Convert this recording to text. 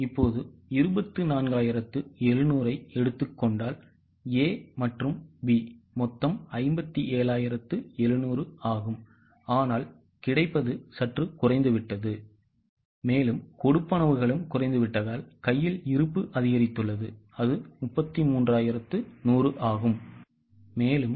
இப்போது 24700 ஐ எடுத்துக் கொண்டால் A மற்றும் B மொத்தம் 57700 ஆகும் ஆனால் கிடைப்பது சற்று குறைந்துவிட்டது ஆனால் கொடுப்பனவுகளும் குறைந்துவிட்டதால் கையில் இருப்பு அதிகரித்துள்ளது அது 33100 ஆகும்